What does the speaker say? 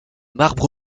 marbre